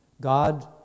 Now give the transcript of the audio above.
God